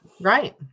right